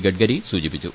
ഗഡ്കരി സൂചിപ്പിച്ചു